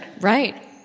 right